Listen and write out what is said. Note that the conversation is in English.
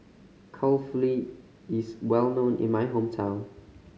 kulfily is well known in my hometown